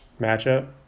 matchup